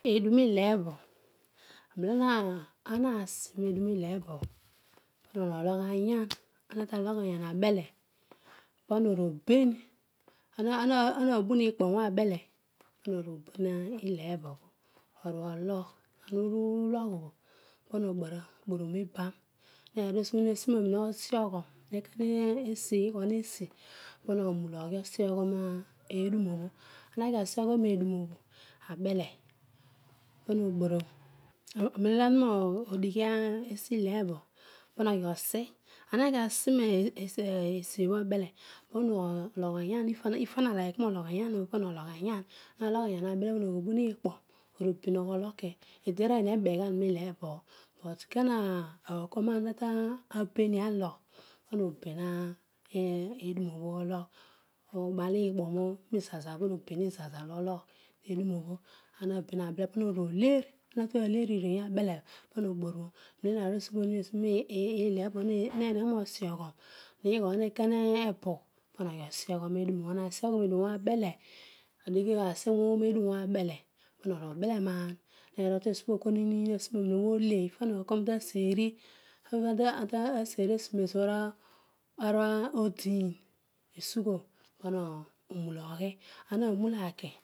Edunilebo, nenolo anasi meduuebo pana oru oloyayan enatualo ayan abele pana oruopen ana bu ni kpuom obho abele pana oruobeina ileebobho oruologh pana obara iban neru esi narota osioghon ighonesi pana onula oghi osaghoro ednoo obho ana kasioghen ednoo bho abele pana obara pana oghiobi pana ologhayen if ana aliki nologh ayar oh ana uloyh ayan ubele pana oghi obhi ikpor oru o benuogh doki but kana agho kua kana ta ben mini aloyh pana obeni, awasioghon uruole ana tuale abele pana oboro ana swoghon edumobho abehe asimo nedum obho abelu pat oru obelenaan ana ghod kua oma taseri laseri aso nepobho ana odia esugho pana onula oghi ana nula aki